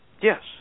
Yes